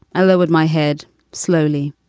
lowood, my head slowly,